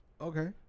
Okay